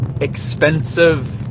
expensive